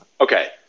Okay